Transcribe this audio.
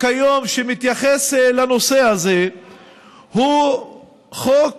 שמתייחס לנושא הזה הוא חוק